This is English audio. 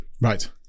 right